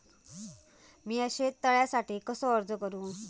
मीया शेत तळ्यासाठी कसो अर्ज करू?